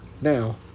Now